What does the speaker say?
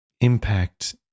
impact